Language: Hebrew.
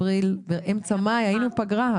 אפריל ואמצע מאי היינו בפגרה,